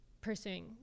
pursuing